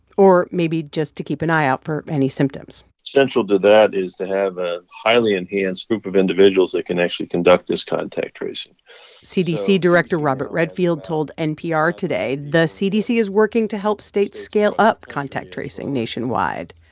or maybe just to keep an eye out for any symptoms central to that is to have a highly enhanced group of individuals that can actually conduct this contact tracing cdc director robert redfield told npr today the cdc is working to help states scale up contact tracing nationwide.